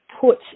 put